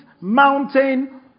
mountain